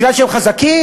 מפני שהם חזקים?